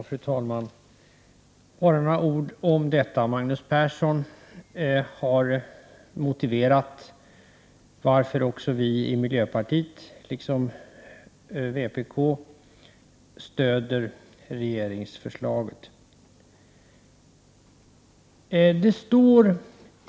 Fru talman! Jag vill bara säga några ord i detta ärende. Magnus Persson har redan motiverat varför även vi i miljöpartiet, liksom vpk, stöder regeringens förslag.